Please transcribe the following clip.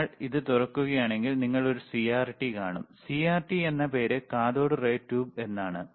നിങ്ങൾ ഇത് തുറക്കുകയാണെങ്കിൽ നിങ്ങൾ ഒരു CRT കാണും CRT എന്ന പേര് കാഥോഡ് റേ ട്യൂബ് എന്നാണ്